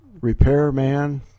repairman